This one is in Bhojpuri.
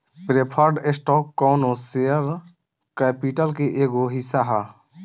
प्रेफर्ड स्टॉक कौनो शेयर कैपिटल के एगो हिस्सा ह